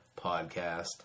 podcast